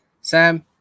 Sam